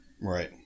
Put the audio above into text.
Right